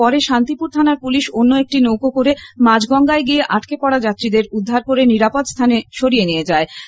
পরে শান্তিপুর থানার পুলিশ অন্য একটি নৌকা করে মাঝ গঙ্গায় গিয়ে আটকে পড়া যাত্রীদের উদ্ধার করে নিরাপদ স্থানে নিয়ে আসে